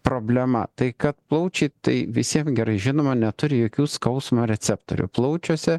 problema tai kad plaučiai tai visiem gerai žinoma neturi jokių skausmo receptorių plaučiuose